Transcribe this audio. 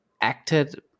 acted